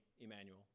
Emmanuel